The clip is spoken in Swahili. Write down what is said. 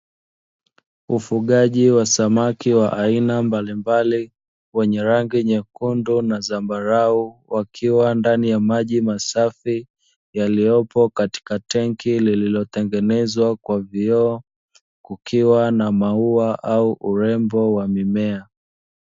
Ufugaji wa samaki wa aina mbalimbali wenye rangi nyekundu na zambarau, wakiwa ndani ya maji masafi yaliyopo katika tenki lililotengenezwa kwa vioo kukiwa na maua au urembo wa mimea.